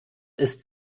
ist